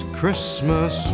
Christmas